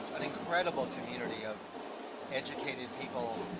an incredible community of educated people,